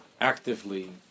actively